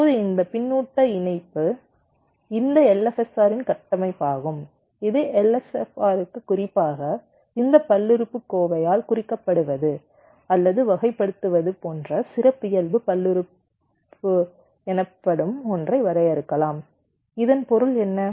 இப்போது இந்த பின்னூட்ட இணைப்பு இந்த LFSRன் கட்டமைப்பாகும் இது LFSRக்கு குறிப்பாக இந்த பல்லுறுப்புக்கோவையால் குறிக்கப்படுவது அல்லது வகைப்படுத்தப்படுவது போன்ற சிறப்பியல்பு பல்லுறுப்பு எனப்படும் ஒன்றை வரையறுக்கலாம் இதன் பொருள் என்ன